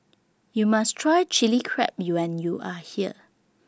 YOU must Try Chili Crab YOU when YOU Are here